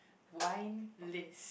wine list